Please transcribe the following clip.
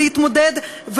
להתמודד,